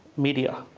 media,